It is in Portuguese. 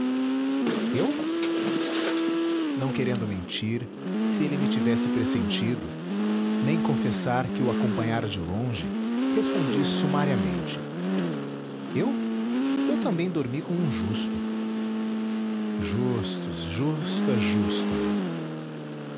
eu não querendo mentir se ele me tivesse pressentido nem confessar que o acompanhara de longe respondi sumariamente eu eu também dormi como um justo justus justa justum